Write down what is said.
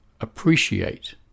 appreciate